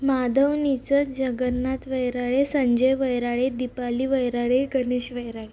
माधव नीचत जगन्नाथ वैराळे संजय वैराळे दीपाली वैराळे गणेश वैराळे